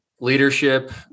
leadership